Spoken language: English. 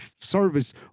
service